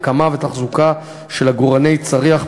הקמה ותחזוקה של עגורני צריח,